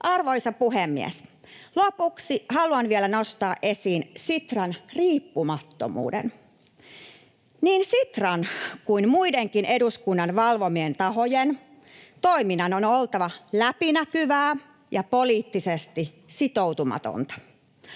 Arvoisa puhemies! Lopuksi haluan vielä nostaa esiin Sitran riippumattomuuden. Niin Sitran kuin muidenkin eduskunnan valvomien tahojen toiminnan on oltava läpinäkyvää ja poliittisesti sitoutumatonta.